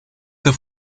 the